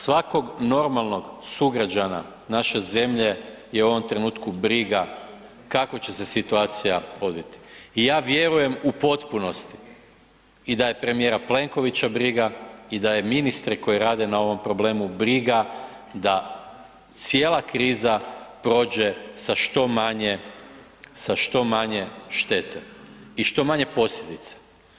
Svakog normalnog sugrađana naše zemlje je u ovom trenutku briga kako će se situacija odviti i ja vjerujem u potpunosti i da je premijera Plenkovića briga i da je ministre koji rade na ovom problemu briga, da cijela kriza prođe sa što manje štete i što manje posljedice.